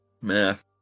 Math